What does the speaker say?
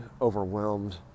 overwhelmed